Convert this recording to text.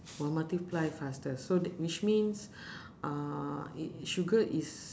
will multiply faster so tha~ which means uh i~ i~ sugar is